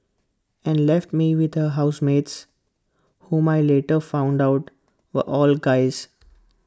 and left me with her housemates whom I later found out were all guys